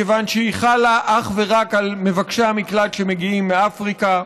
מכיוון שהיא חלה אך ורק על מבקשי המקלט שמגיעים מאפריקה,